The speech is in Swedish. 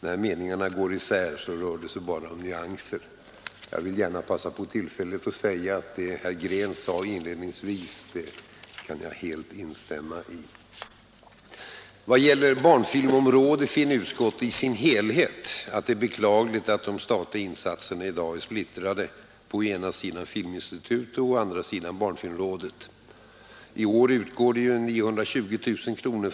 När meningarna går isär rör det sig bara om nyanser. Jag vill gärna passa på tillfället att säga att jag helt kan instämma i det herr Green sade inledningsvis. Vad gäller barnfilmområdet finner utskottet i sin helhet det beklagligt att de statliga insatserna i dag är splittrade på å ena sidan Filminstitutet och å andra sidan barnfilmrådet. I år utgår 920 000 kr.